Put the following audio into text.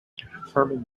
herman